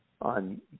on